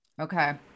Okay